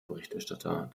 berichterstatter